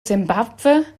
simbabwe